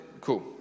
Cool